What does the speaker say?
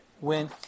Win